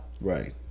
right